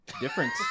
Different